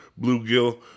bluegill